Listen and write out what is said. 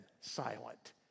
silent